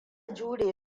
jure